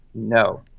no,